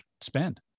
spend